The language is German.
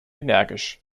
energisch